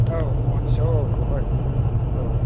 औ महनसेयाव औ बहाय औ